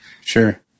Sure